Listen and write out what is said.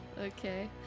Okay